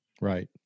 Right